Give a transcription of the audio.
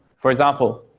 for example,